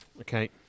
Okay